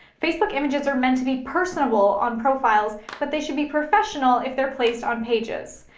facebook images are meant to be personable on profiles, but they should be professional if they're placed on pages.